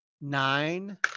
nine